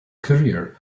career